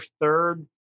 third